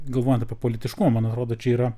galvojant apie politiškumą man atrodo čia yra